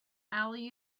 value